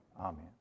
Amen